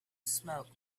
smoke